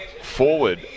forward